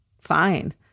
fine